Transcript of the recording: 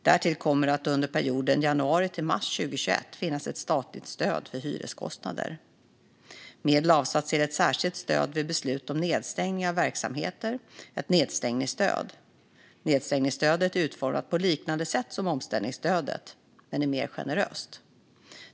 Därtill kommer det under perioden januari-mars 2021 att finnas ett statligt stöd för hyreskostnader. Medel har avsatts till ett särskilt stöd vid beslut om stängning av verksamheter, ett nedstängningsstöd. Nedstängningsstödet är utformat på liknande sätt som omställningsstödet men är mer generöst.